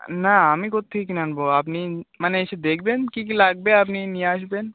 না আমি কোত্থেকে কিনে আনবো আপনি মানে এসে দেখবেন কী কী লাগবে আপনি নিয়ে আসবেন